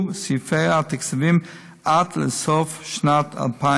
סעיפי התקציביים עד לסוף שנת 2019,